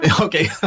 Okay